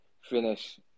finish